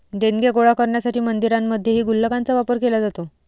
देणग्या गोळा करण्यासाठी मंदिरांमध्येही गुल्लकांचा वापर केला जातो